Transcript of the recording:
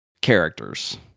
characters